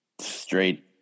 Straight